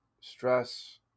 stress